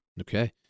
Okay